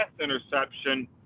interception –